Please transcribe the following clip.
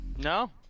No